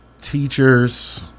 teachers